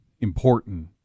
important